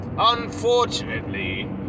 unfortunately